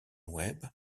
webb